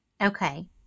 Okay